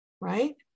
right